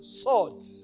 swords